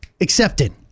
Accepted